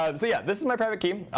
um so yeah, this is my private key,